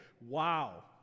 Wow